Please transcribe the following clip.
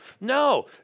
No